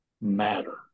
matter